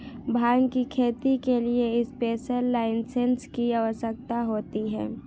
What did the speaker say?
भांग की खेती के लिए स्पेशल लाइसेंस की आवश्यकता होती है